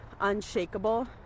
unshakable